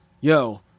yo